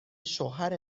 شوهر